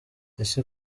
ese